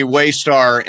Waystar